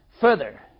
Further